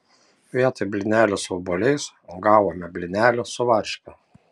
vietoj blynelių su obuoliais gavome blynelių su varške